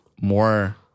more